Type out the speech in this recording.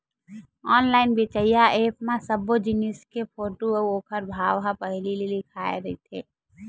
online बेचइया app म सब्बो जिनिस के फोटू अउ ओखर भाव ह पहिली ले लिखाए रहिथे